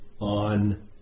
on